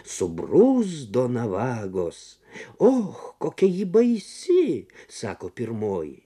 subruzdo navagos o kokia ji baisi sako pirmoji